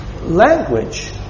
language